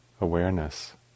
awareness